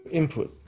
input